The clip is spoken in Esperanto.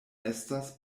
estas